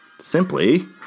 Simply